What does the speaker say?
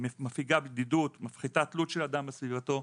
מפיגה בדידות, מפחיתה תלות של אדם בסביבתו.